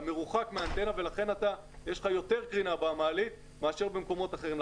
אתה מרוחק מהאנטנה ולכן יש לך יותר קרינה במעלית מאשר במקומות אחרים.